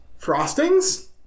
Frostings